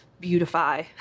beautify